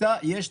יש ציוד,